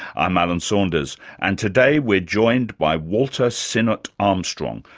i'm alan saunders and today we're joined by walter sinnott-armstrong,